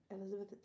Elizabeth